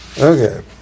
Okay